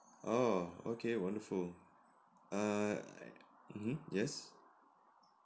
oh okay wonderful err mmhmm yes